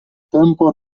tempo